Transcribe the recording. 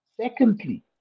Secondly